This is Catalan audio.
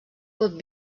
pot